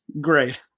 Great